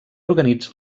organitza